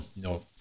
no